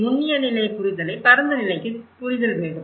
நுண்ணிய நிலை புரிதலை பரந்தநிலை நிலைக்கு புரிதல் வேண்டும்